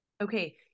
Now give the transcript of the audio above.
Okay